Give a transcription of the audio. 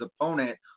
opponent